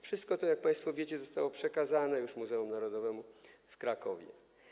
Wszystko to, jak państwo wiecie, zostało przekazane już Muzeum Narodowemu w Krakowie.